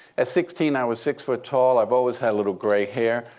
at sixteen, i was six foot tall. i've always had little gray hair.